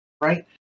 right